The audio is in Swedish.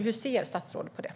Hur ser statsrådet på detta?